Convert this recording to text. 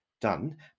done